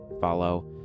follow